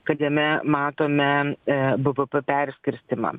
kad jame matome bvp perskirstymą